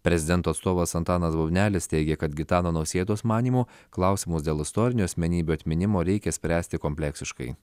prezidento atstovas antanas bubnelis teigė kad gitano nausėdos manymu klausimus dėl istorinių asmenybių atminimo reikia spręsti kompleksiškai